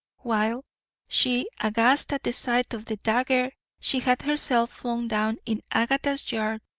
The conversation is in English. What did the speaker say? while she, aghast at the sight of the dagger she had herself flung down in agatha's yard,